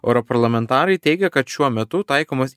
euro parlamentarai teigia kad šiuo metu taikomas